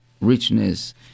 Richness